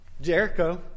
Jericho